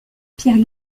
pierre